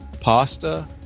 Pasta